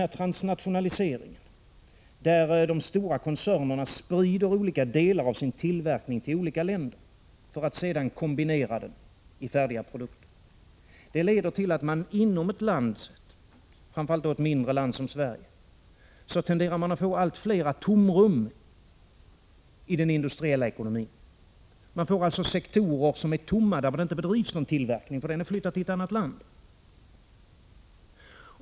Transnationaliseringen, där de stora koncernerna sprider olika delar av sin tillverkning till olika länder för att sedan kombinera dem till färdiga produkter, leder till att man inom ett land, framför allt då ett mindre land som Sverige, tenderar att få allt fler tomrum i den industriella ekonomin. Man får tomma sektorer, där det inte bedrivs någon tillverkning därför att den är flyttad till ett annat land.